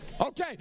Okay